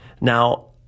Now